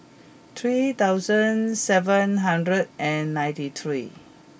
three thousand seven hundred and ninety three